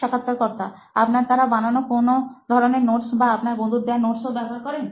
সাক্ষাৎকারকর্তা আপনার দ্বারা বানানো কোনো ধরনের নোটস বা আপনার বন্ধুর দেওয়া নোটস ও ব্যবহার করেন